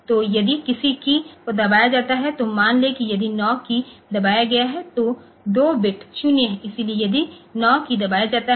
तो यदि किसी कीय को दबाया जाता है तो मान लें कि यह 9 कीय दबाया गया है तो 2 बिट 0है इसलिए यदि 9 की दबाया जाता है